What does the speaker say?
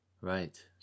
Right